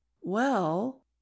Well